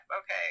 okay